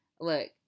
look